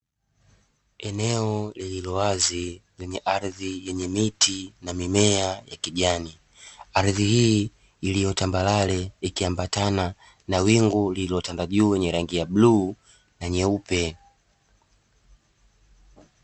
Eneo lililowazi lenye ardhi yenye miti na mimea ya kijani, ardhi hii iliyo tambarare ikiambatana na wingu lililotanda juu lenye rangi ya bluu na nyeupe.